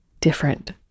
different